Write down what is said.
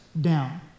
down